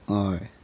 हय